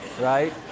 right